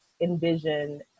envision